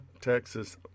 Texas